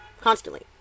constantly